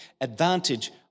advantage